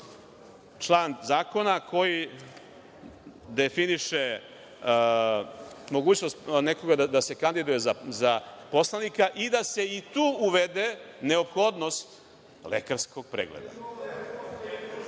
član zakona koji definiše mogućnost nekoga da se kandiduje za poslanika i da se tu uvede neophodnost lekarskog pregleda,